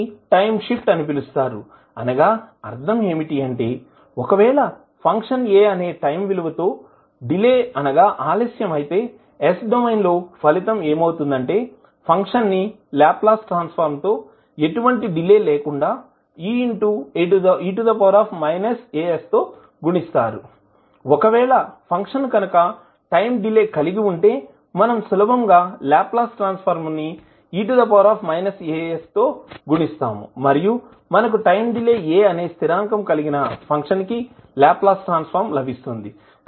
దీనిని time shift అని పిలుస్తారు అనగా అర్థం ఏమిటి అంటే ఒకవేళ ఫంక్షన్ a అనే టైం విలువ తో డిలే అనగా ఆలస్యం అయితే s డొమైన్ లో ఫలితం ఏమవుతుందంటే ఫంక్షన్ ని లాప్లాస్ ట్రాన్సఫర్మ్ తో ఎటువంటి డిలే లేకుండా e as తో గుణిస్తారు ఒకవేళ ఫంక్షన్ కనుక టైం డిలే కలిగి ఉంటే మనం సులభంగా లాప్లాస్ ట్రాన్సఫర్మ్ ను e as తో గుణిస్తాము మరియు మనకు టైం డిలే a అనే స్థిరాంకం కలిగిన ఫంక్షన్ కి లాప్లాస్ ట్రాన్సఫర్మ్ లభిస్తుంది